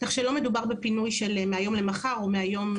כך שלא מדובר בפינוי של מהיום למחר או מהיום לעוד יומיים.